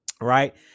Right